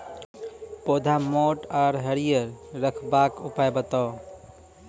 पौधा मोट आर हरियर रखबाक उपाय बताऊ?